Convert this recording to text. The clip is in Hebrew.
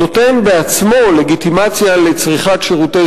נותן בעצמו לגיטימציה לצריכת שירותי